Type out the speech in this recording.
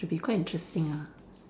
should be quite interesting ah